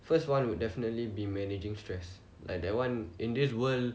first one would definitely be managing stress like that one in this world